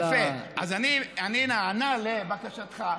יפה, אז אני נענה לבקשתך.